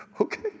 Okay